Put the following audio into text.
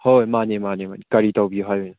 ꯍꯣꯏ ꯃꯥꯟꯅꯤ ꯃꯥꯟꯅꯤ ꯃꯥꯟꯅꯤ ꯀꯔꯤ ꯇꯧꯕꯤꯌꯨ ꯍꯥꯏꯕꯅꯣ